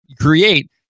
create